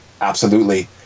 Absolutely